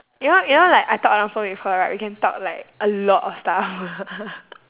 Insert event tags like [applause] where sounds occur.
you know you know like I talk on the phone with her right we can talk like a lot of stuff [noise]